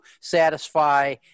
satisfy